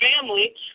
family